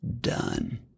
done